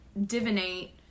divinate